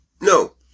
No